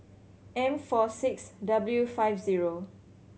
M four six W five zero